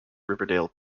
riverdale